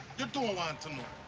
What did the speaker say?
you don't want to know.